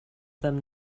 them